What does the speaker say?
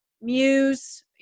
Muse